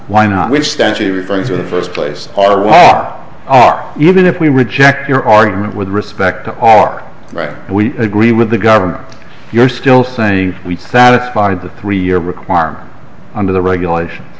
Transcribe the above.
why not which statute things with the first place are we are are even if we reject your argument with respect to our right we agree with the government you're still saying we satisfied the three year requirement under the regulation